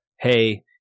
hey